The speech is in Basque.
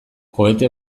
kohete